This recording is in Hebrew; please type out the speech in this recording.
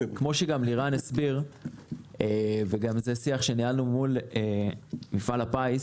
כמו שלירן הסביר וגם משיח שניהלנו מול מפעל הפיס,